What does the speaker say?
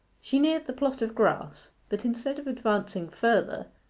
she neared the plot of grass, but instead of advancing further,